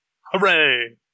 Hooray